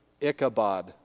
Ichabod